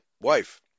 wife